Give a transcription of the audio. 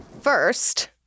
First